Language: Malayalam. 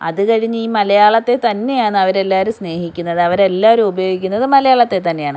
അത് കഴിഞ്ഞ്ഈ മലയാളത്തെ തന്നെയാണ് അവരെല്ലാവരും സ്നേഹിക്കുന്നത് അവരെല്ലാവരും ഉപയോഗിക്കുന്നത് മലയാളത്തെ തന്നെയാണ്